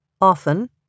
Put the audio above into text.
often